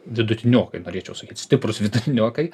vidutiniokai norėčiau sakyt stiprūs vidutiniokai